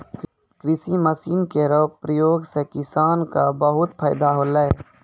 कृषि मसीन केरो प्रयोग सें किसान क बहुत फैदा होलै